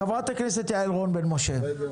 חה"כ יעל רון בן משה, בבקשה.